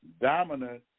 Dominant